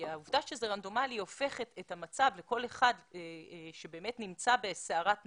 כי העובדה שזה רנדומלי היא הופכת את המצב לכל אחד שבאמת נמצא בסערת נפש,